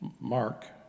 Mark